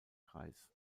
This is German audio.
kreis